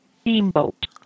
steamboat